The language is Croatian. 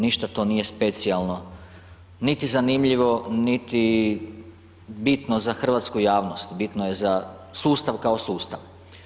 Ništa to nije specijalno, niti zanimljivo, niti bitno za hrvatsku javnost, bitno je za sustav kao sustav.